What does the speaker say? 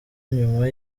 nyuma